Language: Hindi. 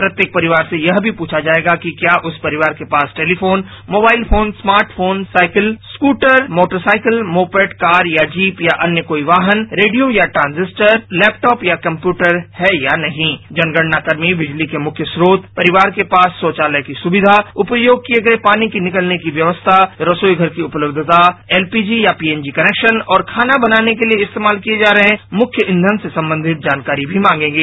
प्रत्येक परिवार से यह भी पूछा जाएगा कि क्या उस परिवार के पास telephone mobile phone smart phone cycle scooter motorcycle moped car या जीप या अन्य कोई वाहन रेडियो या ट्रांजिस्टर लैपटॉप या कम्प्यूटर है या नहीं जनगणना कर्मी बिजली के मुख्य स्रोत परिवार के पास शौचालय की सुविधा उपयोग किये गये पानी के निकलने की व्यवस्था रसोईघर की उपलब्धता एलपीजी या पीएनजी कनेक्शन और खाना बनाने के लिए इस्तेमाल किए जा रहे मुख्य ईंधन से संबंधित जानकारी भी मागेंगे